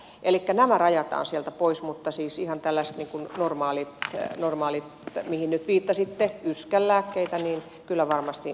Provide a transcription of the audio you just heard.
nämä rajataan sieltä pois mutta siis ihan tällaisia normaaleja mihin nyt viittasitte yskänlääkkeitä kyllä varmasti